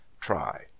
try